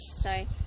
sorry